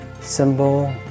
symbol